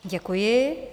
Děkuji.